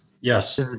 Yes